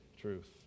truth